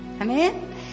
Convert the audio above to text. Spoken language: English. Amen